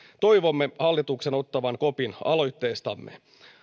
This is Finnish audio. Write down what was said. toivomme hallituksen ottavan kopin aloitteestamme